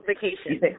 Vacation